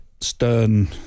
stern